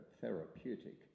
therapeutic